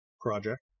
project